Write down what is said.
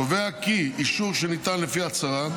הוא קובע כי אישור שניתן לפי הצהרה,